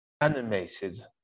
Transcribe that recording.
Animated